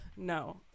No